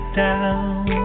down